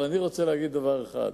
אבל אני רוצה להגיד דבר אחד.